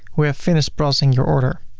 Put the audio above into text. we have finished processing your order.